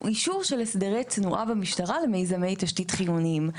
הוא אישור של הסדרי תנועה במשטרה למיזמי תשתית חיוניים.